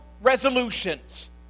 resolutions